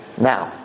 Now